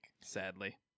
sadly